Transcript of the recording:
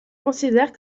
considère